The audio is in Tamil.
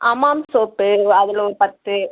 ஹமாம் சோப்பு அதில் ஒரு பத்து